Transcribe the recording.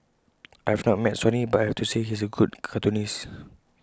I have not met Sonny but I have to say he is A good cartoonist